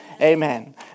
Amen